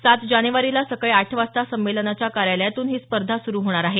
सात जानेवारीला सकाळी आठ वाजता संमेलनाच्या कार्यालयातून ही स्पर्धा सुरू होणार आहे